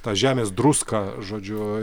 tą žemės druską žodžiu